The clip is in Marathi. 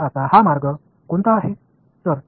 तर आता हा मार्ग कोणता आहे